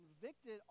convicted